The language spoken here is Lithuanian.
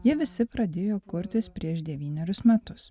jie visi pradėjo kurtis prieš devynerius metus